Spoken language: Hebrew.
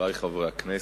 חברי חברי הכנסת,